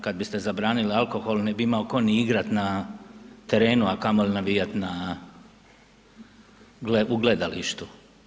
Kad biste zabranili alkohol, ne bi imao tko ni igrati na terenu, a kamoli navijati na, u gledalištu.